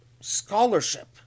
scholarship